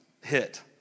hit